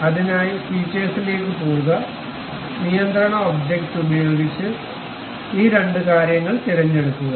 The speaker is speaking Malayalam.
അതിനായി ഫീച്ചേഴ്സിലേക്ക് പോകുക നിയന്ത്രണ ഒബ്ജക്റ്റ് ഉപയോഗിച്ച് ഈ രണ്ട് കാര്യങ്ങൾ തിരഞ്ഞെടുക്കുക